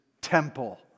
temple